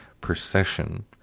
procession